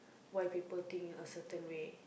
why people think a certain way